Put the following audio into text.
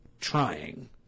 Trying